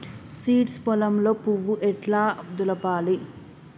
Seeds పొలంలో పువ్వు ఎట్లా దులపాలి?